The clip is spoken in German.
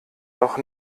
doch